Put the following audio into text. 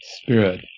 Spirit